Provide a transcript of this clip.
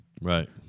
Right